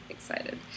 excited